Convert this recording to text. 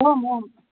आम् आम्